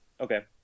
okay